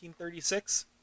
1936